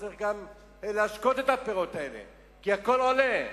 צריך גם להשקות את הפירות האלה כי הכול עולה.